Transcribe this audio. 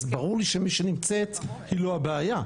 אז ברור לי שמי שנמצאת היא לא הבעיה.